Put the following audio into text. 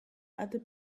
other